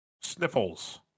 sniffles